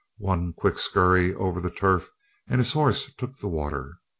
one quick scurry over the turf and his horse took the water.